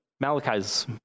Malachi's